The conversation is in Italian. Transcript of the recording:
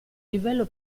livello